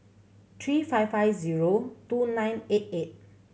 three five five zero two nine eight eight